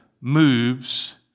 moves